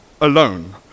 alone